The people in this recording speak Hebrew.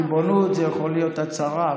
ריבונות יכולה להיות הצהרה,